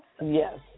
Yes